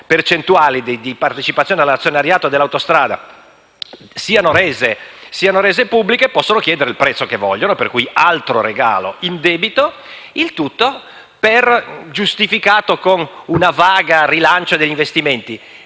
percentuali di partecipazione all'azionariato dell'autostrada siano rese pubbliche, possono chiedere il prezzo che vogliono. Quindi, altro regalo indebito. Il tutto giustificato con un vago rilancio degli investimenti.